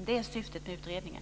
Det är syftet med utredningen.